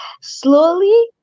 Slowly